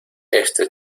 este